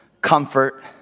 comfort